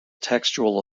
textual